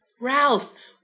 ralph